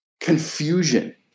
confusion